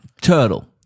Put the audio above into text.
Turtle